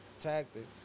tactic